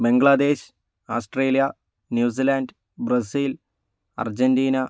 Bangladesh Australia New Zealand Brazil Argentina